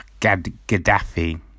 Gaddafi